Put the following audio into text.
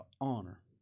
honor